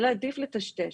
אלא עדיף לטשטש.